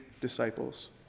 disciples